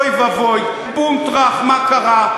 אוי ואבוי, בום טראח, מה קרה?